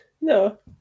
no